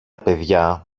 παιδιά